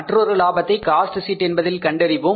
மற்றொரு லாபத்தை cost sheet என்பதில் கண்டறிவோம்